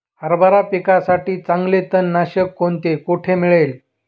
हरभरा पिकासाठी चांगले तणनाशक कोणते, कोठे मिळेल?